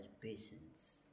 patience